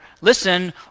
listen